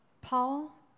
Paul